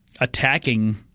attacking